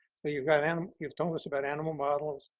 but you've got and um you've told us about animal models,